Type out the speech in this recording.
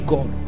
God